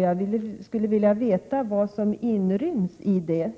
Jag skulle vilja veta vad som inryms i det.